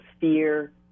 fear